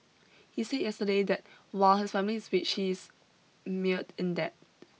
he said yesterday that while his family is rich he is mired in debt in debt